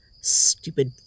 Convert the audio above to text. Stupid